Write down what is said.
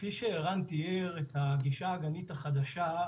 כפי שערן תיאר את הגישה האגנית החדשה,